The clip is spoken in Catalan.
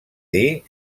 dir